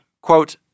quote